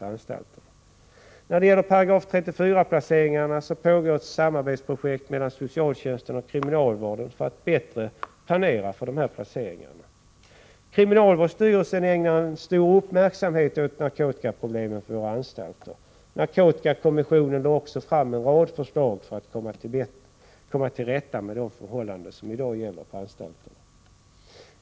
När det gäller placeringarna enligt 34 § pågår ett samarbetsprojekt mellan socialtjänsten och kriminalvården för att bättre planera för dessa placeringar. Kriminalvårdsstyrelsen ägnar stor uppmärksamhet åt narkotikaproblemen på våra anstalter. Narkotikakommissionen lade också fram en rad förslag för att komma till rätta med de förhållanden som i dag råder på anstalterna.